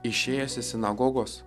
išėjęs iš sinagogos